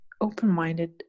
open-minded